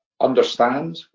understand